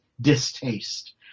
distaste